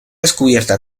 descubierta